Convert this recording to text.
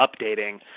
updating